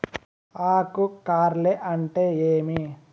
ఆకు కార్ల్ అంటే ఏమి?